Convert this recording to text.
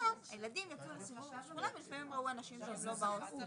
קביעת רמת התמיכה האישית שלה הוא זכאי,